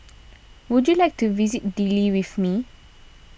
would you like to visit Dili with me